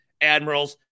Admirals